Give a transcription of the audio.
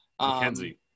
McKenzie